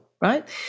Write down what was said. right